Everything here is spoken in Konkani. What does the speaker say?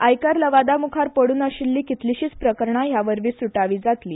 आयकर लवादामुखार पड़ून आशिल्छी कितलीशीच प्रकरणा ह्यावरवी सूटावी जातली